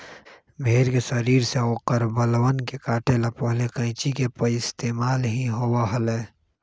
भेड़ के शरीर से औकर बलवन के काटे ला पहले कैंची के पइस्तेमाल ही होबा हलय